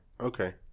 Okay